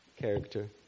character